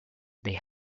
they